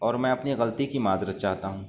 اور میں اپنی غلطی کی معذرت چاہتا ہوں